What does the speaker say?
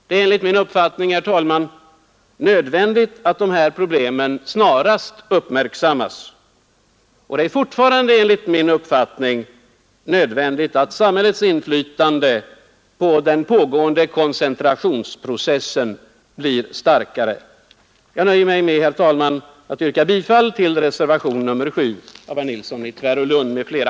Det är enligt min uppfattning, herr talman, nödvändigt att de här problemen snarast uppmärksammas. Det är fortfarande enligt min uppfattning nödvändigt, att samhällets inflytande på den pågående koncentrationsprocessen blir starkare. Jag nöjer mig, herr talman, med att yrka bifall till reservationen 7 av herr Nilsson i Tvärålund m.fl.